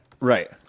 Right